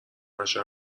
نشه